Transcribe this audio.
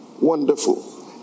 wonderful